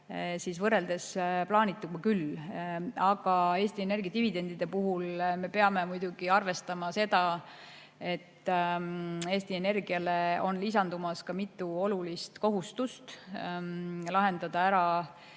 võrreldes plaanituga küll, aga Eesti Energia dividendide puhul me peame muidugi arvestama seda, et Eesti Energiale on lisandumas mitu olulist kohustust. Tuleb lahendada ära